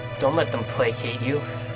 don't let them placate you.